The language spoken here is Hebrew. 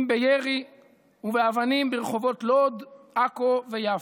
אם בירי ובאבנים ברחובות לוד, עכו ויפו,